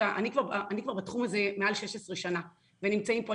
אני כבר בתחום הזה מעל 16 שנים ואני נמצאים פה,